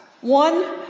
One